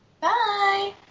Bye